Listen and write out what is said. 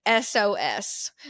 SOS